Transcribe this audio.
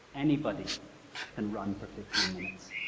anybody can run for fifteen minutes.